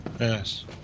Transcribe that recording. Yes